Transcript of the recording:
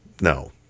No